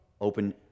open